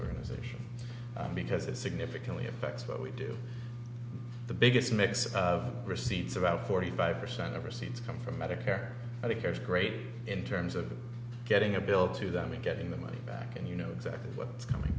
organization because it significantly affects what we do the biggest mix of receipts about forty five percent overseas come from medicare medicare is great in terms of getting a bill to them and getting the money back and you know exactly what's coming